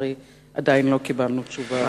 ולצערי עדיין לא קיבלנו תשובה על השאילתא.